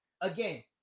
again